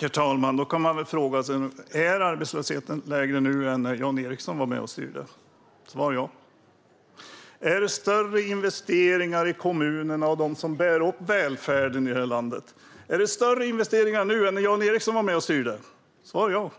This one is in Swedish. Herr talman! Är arbetslösheten lägre nu än när Jan Ericson var med och styrde? Svar ja. Är det större investeringar i kommunerna och i dem som bär upp välfärden i detta land nu än när Jan Ericson var med och styrde? Svar ja.